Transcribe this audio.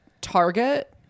Target